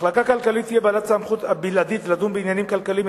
המחלקה הכלכלית תהיה בעלת הסמכות הבלעדית לדון בעניינים כלכליים,